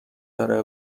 داره